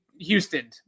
houston